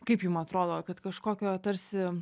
kaip jum atrodo kad kažkokio tarsi